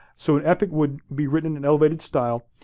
so an epic would be written in elevated style.